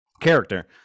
character